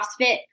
CrossFit